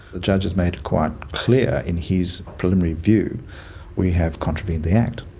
the judge has made quite clear in his preliminary view we have contravened the act.